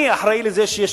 אני אחראי לזה שיש